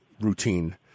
routine